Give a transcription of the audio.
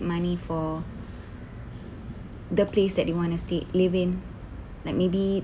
money for the place that they want to stay live in like maybe